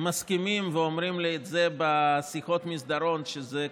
מסכימים ואומרים לי את זה בשיחות מסדרון שזה,